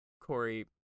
Corey